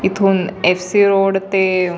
इथून F C road ते